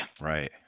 Right